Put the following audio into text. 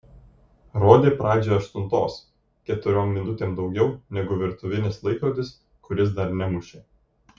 rodė pradžią aštuntos keturiom minutėm daugiau negu virtuvinis laikrodis kuris dar nemušė